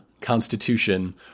Constitution